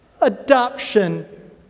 adoption